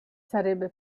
sarebbe